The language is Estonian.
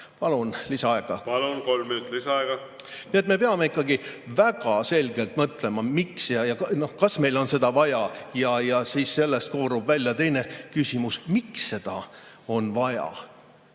Palun lisaaega. Palun, kolm minutit lisaaega! Nii et me peame ikkagi väga selgelt mõtlema, kas meil on seda vaja. Ja sellest koorub välja teine küsimus: miks seda on vaja?